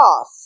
off